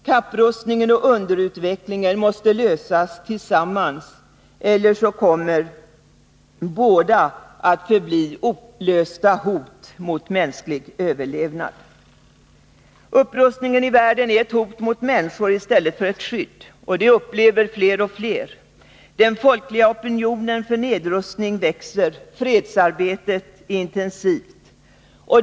Kapprustningen och underutvecklingen måste lösas tillsammans, eller så kommer båda att förbli olösta hot mot mänsklig överlevnad. Upprustningen i världen är ett hot mot människor i stället för ett skydd. Detta upplever fler och fler. Den folkliga opinionen för nedrustning växer. Fredsarbetet är intensivt.